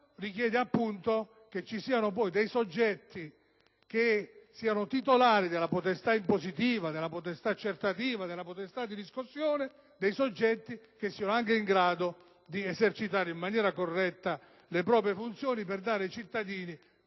richiede, appunto, che vi siano soggetti titolari della potestà impositiva, della potestà accertativa e di quella di riscossione e che tali soggetti siano anche in grado di esercitare in maniera corretta le proprie funzioni per dare ai cittadini